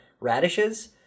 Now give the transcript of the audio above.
radishes